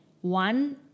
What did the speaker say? one